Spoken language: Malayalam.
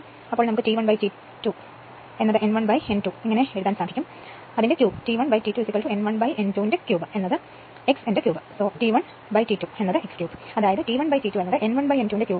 അതിനാൽ നമുക്ക് T 1 to T 2 n 1 n 2 ക്യൂബും x ക്യൂബ് എന്ന് എഴുതാം അതിനാൽ T 1 T 2 x ക്യൂബ്